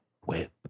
Whip